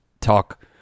talk